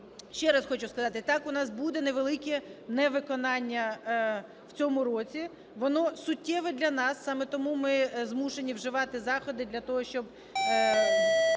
ще раз хочу сказати, так, у нас буде невелике невиконання в цьому році, воно суттєве для нас, саме тому ми змушені вживати заходи для того, щоб